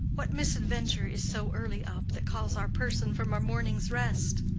what misadventure is so early up, that calls our person from our morning rest?